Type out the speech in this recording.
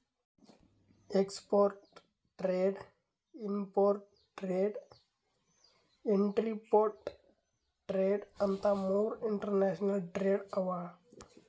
export trade, import trade, entrepot trade ಅಂತ್ ಮೂರ್ international trade ಅವಾ